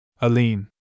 Aline